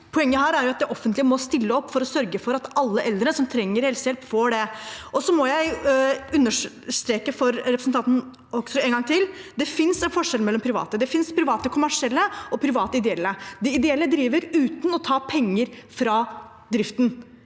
Poenget her er at det offentlige må stille opp og sørge for at alle eldre som trenger helsehjelp, får det. Jeg må understreke for representanten Hoksrud en gang til at det finnes en forskjell mellom private. Det finnes private kommersielle og private ideelle. De ideelle driver uten å ta penger fra driften.